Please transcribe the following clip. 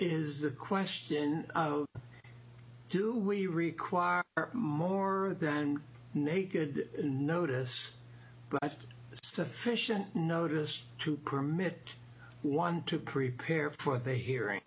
is the question do we require more than naked notice sufficient notice to permit one to prepare for the hearing